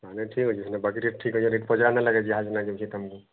ନାଇଁ ନାଇଁ ଠିକ୍ ଅଛି ବାକି ରେଟ୍ ଠିକ ଅଛି ଯାହା ଯେମିତି ଦେଇଛି ତୁମକୁ